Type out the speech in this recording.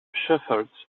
shepherds